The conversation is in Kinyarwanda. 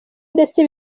ndetse